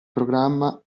programma